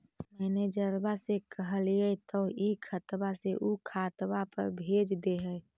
मैनेजरवा के कहलिऐ तौ ई खतवा से ऊ खातवा पर भेज देहै?